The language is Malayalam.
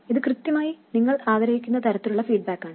ഇത് കൃത്യമായി നിങ്ങൾ ആഗ്രഹിക്കുന്ന തരത്തിലുള്ള ഫീഡ്ബാക്കാണ്